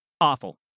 Awful